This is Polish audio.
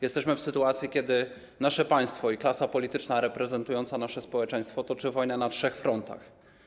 Jesteśmy w sytuacji, w której nasze państwo i klasa polityczna reprezentująca nasze społeczeństwo toczą wojnę na trzech frontach.